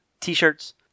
t-shirts